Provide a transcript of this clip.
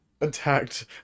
attacked